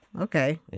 okay